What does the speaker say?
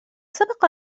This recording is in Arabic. سبق